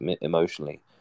emotionally